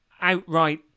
outright